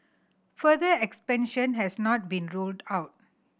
further expansion has not been ruled out